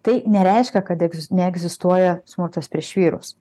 tai nereiškia kad egzis neegzistuoja smurtas prieš vyrus